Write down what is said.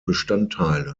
bestandteile